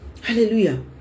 Hallelujah